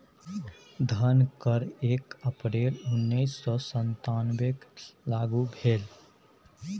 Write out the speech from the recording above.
धन कर एक अप्रैल उन्नैस सौ सत्तावनकेँ लागू भेल